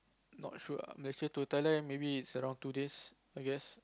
not sure ah Malaysia to Thailand maybe is around two days I guess